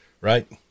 Right